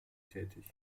tätig